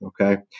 Okay